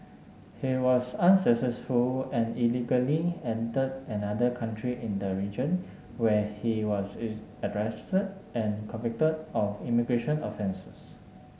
he was unsuccessful and illegally entered another country in the region where he was arrested and convicted of immigration offences